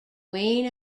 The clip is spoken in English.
wayne